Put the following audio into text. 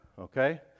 okay